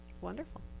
Wonderful